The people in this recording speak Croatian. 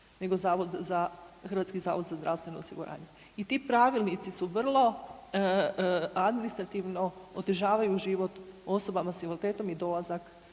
nego zavod za, HZZO. I ti pravilnici su vrlo administrativno otežavaju život osobama s invaliditetom i dolazak,